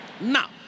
Now